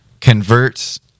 converts